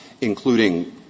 including